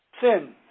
sin